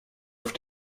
auf